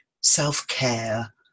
self-care